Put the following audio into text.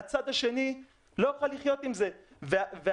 הצד השני לא יוכל